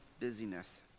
busyness